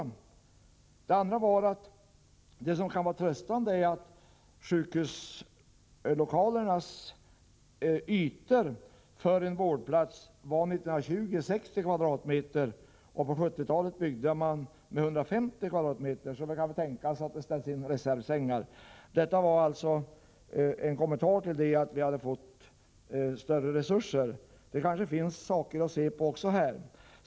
Jag vill vidare peka på en annan tanke som kan vara frestande i sammanhanget. Ytan för en vårdplats på sjukhus 1920 var 60 m?, medan man i byggandet på 1970-talet utgick från 150 m? per vårdplats. Det kan väl under sådana förhållanden vara möjligt att ställa in reservsängar. Detta var ett par kommentarer till frågan om vi har fått större resurser. Det kanske finns saker att studera vidare också här.